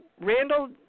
Randall –